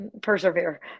persevere